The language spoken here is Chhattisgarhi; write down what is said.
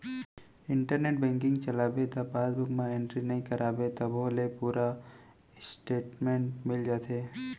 इंटरनेट बेंकिंग चलाबे त पासबूक म एंटरी नइ कराबे तभो ले पूरा इस्टेटमेंट मिल जाथे